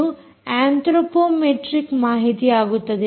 ಇದು ಅಂತ್ರೋಪೋಮೆಟ್ರಿಕ್ ಮಾಹಿತಿಯಾಗುತ್ತದೆ